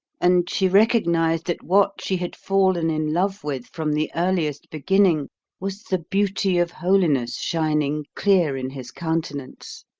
and she recognised that what she had fallen in love with from the earliest beginning was the beauty of holiness shining clear in his countenance.